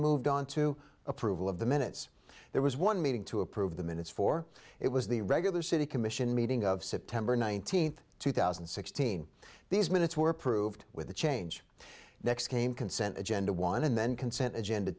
moved on to approval of the minutes there was one meeting to approve the minutes for it was the regular city commission meeting of september nineteenth two thousand and sixteen these minutes were approved with the change next came consent agenda one and then consent agenda